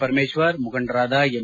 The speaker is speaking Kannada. ಪರಮೇಶ್ವರ್ ಮುಖಂಡರಾದ ಎಂ